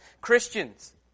Christians